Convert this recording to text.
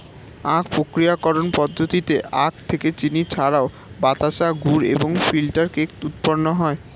আখ প্রক্রিয়াকরণ পদ্ধতিতে আখ থেকে চিনি ছাড়াও বাতাসা, গুড় এবং ফিল্টার কেক উৎপন্ন হয়